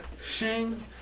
Shing